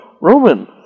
Roman